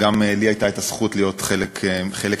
שגם לי הייתה הזכות להיות חלק ממנה,